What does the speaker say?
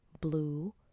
blue